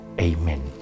Amen